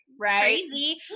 crazy